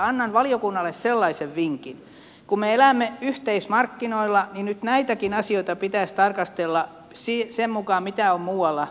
annan valiokunnalle sellaisen vinkin että kun me elämme yhteismarkkinoilla niin nyt näitäkin asioita pitäisi tarkastella sen mukaan mitä on muualla